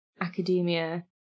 academia